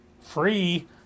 free